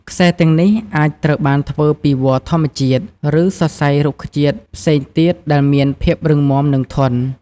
ខ្សែទាំងនេះអាចត្រូវបានធ្វើពីវល្លិ៍ធម្មជាតិ ឬសរសៃរុក្ខជាតិផ្សេងទៀតដែលមានភាពរឹងមាំ និងធន់។